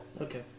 Okay